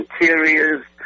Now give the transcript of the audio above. interiors